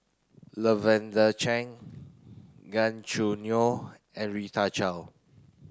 Lavender Chang Gan Choo Neo and Rita Chao